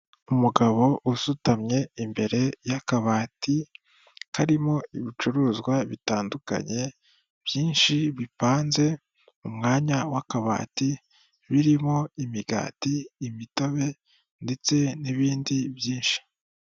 Umugabo usutamye imbere y'akabati karimo ibicuruzwa bitandukanye byinshi bipanze mu mwanya w'akabati birimo imigati, imitobe ndetse n'ibindi byinshi.